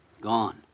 Gone